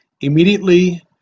immediately